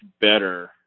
better